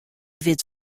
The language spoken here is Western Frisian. wit